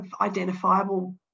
identifiable